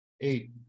Eight